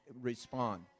respond